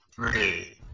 Three